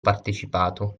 partecipato